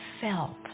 felt